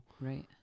Right